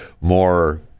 more